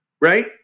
right